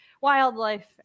wildlife